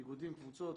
איגודים, קבוצות.